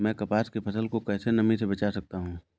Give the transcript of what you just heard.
मैं कपास की फसल को कैसे नमी से बचा सकता हूँ?